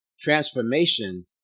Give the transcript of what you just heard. Transformation